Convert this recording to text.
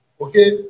Okay